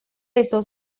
eso